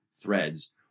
threads